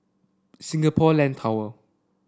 Singapore Land Tower